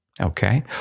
Okay